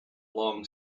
long